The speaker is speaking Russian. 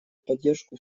поддержку